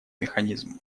механизм